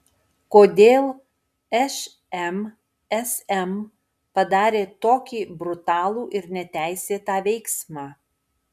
kodėl šmsm padarė tokį brutalų ir neteisėtą veiksmą